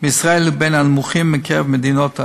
בישראל הוא בין הנמוכים בקרב מדינות ה-OECD,